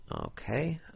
Okay